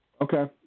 Okay